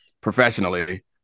professionally